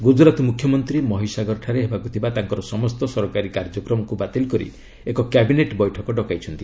ଗୁଜରାତ୍ ମୁଖ୍ୟମନ୍ତ୍ରୀ ମହୀସାଗରଠାରେ ହେବାକୁ ଥିବା ତାଙ୍କର ସମସ୍ତ ସରକାରୀ କାର୍ଯ୍ୟକ୍ରମକୁ ବାତିଲ୍ କରି ଏକ କ୍ୟାବିନେଟ୍ ବୈଠକ ଡକାଇଛନ୍ତି